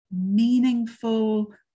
meaningful